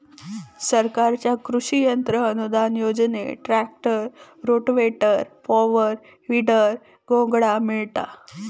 सरकारच्या कृषि यंत्र अनुदान योजनेत ट्रॅक्टर, रोटावेटर, पॉवर, वीडर, घोंगडा मिळता